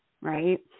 right